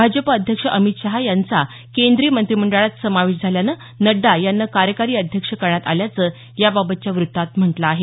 भाजप अध्यक्ष अमित शहा यांचा केंद्रीय मंत्रिमंडळात समावेश झाल्यानं नड्डा यांना कार्यकारी अध्यक्ष करण्यात आल्याचं याबाबतच्या वृत्तात म्हटलं आहे